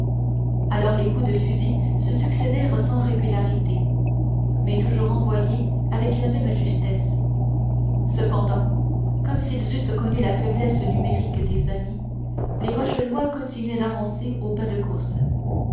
alors les coups de fusil se succédèrent sans régularité mais toujours envoyés avec la même justesse cependant comme s'ils eussent connu la faiblesse numérique des amis les rochelois continuaient d'avancer au pas de course